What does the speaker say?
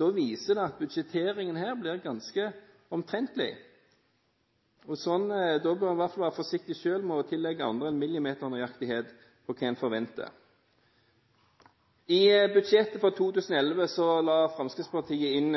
Da viser det at budsjetteringen her blir ganske omtrentlig, og da bør en i hvert fall være forsiktig selv med å tillegge andre en millimeternøyaktighet med hensyn til hva en forventer. I budsjettet for 2011 la Fremskrittspartiet inn